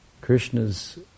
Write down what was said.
Krishna's